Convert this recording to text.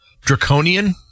draconian